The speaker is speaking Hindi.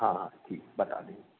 हाँ हाँ ठीक बता देंगे